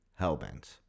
Hellbent